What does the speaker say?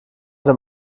dem